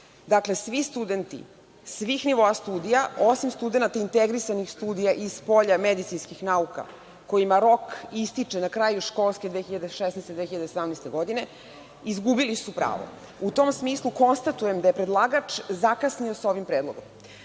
planu. Dakle, svi studenti svih nivoa studija, osim studenata integrisanih studija iz polja medicinskih nauka kojima rok ističe na kraju školske 2016/2017. godine izgubili su pravo. U tom smislu, konstatujem da je predlagač zakasnio sa ovim predlogom. Kako